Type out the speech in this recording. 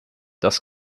das